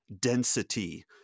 density